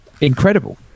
incredible